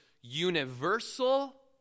universal